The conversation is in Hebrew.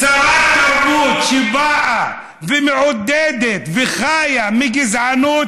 שרת תרבות שבאה ומעודדת וחיה מגזענות